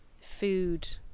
food